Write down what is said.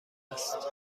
است